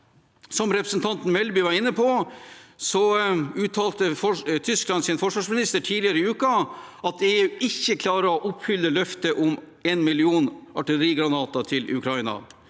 Som representanten Melby var inne på, uttalte Tysklands forsvarsminister tidligere i uken at EU ikke klarer å oppfylle løftet om en million artillerigranater til Ukraina